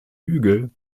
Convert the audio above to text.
hügel